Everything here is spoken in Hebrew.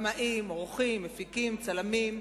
במאים, עורכים, מפיקים, צלמים.